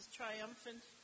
triumphant